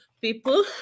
people